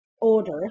order